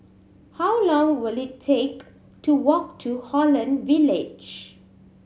how long will it take to walk to Holland Village